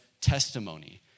testimony